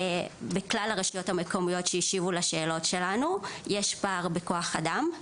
בכלל הרשויות המקומיות שהשיבו לשאלות שלנו יש פער בכוח אדם,